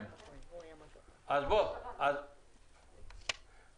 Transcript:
ים או בין קבוצות אוכלוסייה תושבות אותו